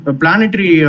planetary